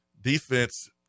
defense